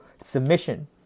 submission